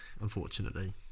unfortunately